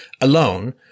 alone